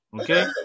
Okay